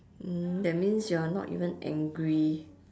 mm that means you are not even angry